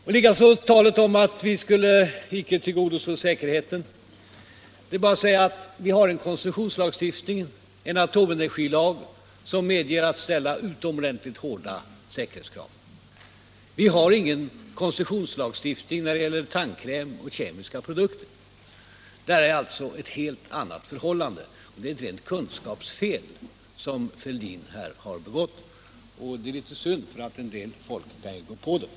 Vad beträffar talet om att vi inte skulle tillgodose säkerheten är bara att säga att det finns en koncessionslagstiftning, en atomenergilag som medger att man ställer utomordentligt hårda säkerhetskrav. Vi har ingen koncessionslagstiftning när det gäller tandkräm och kemiska produkter, utan där råder ett helt annat förhållande. Det är alltså ett rent kunskapsfel som herr Fälldin här har begått, och det är litet synd, för en del människor kan ju gå på det.